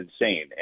insane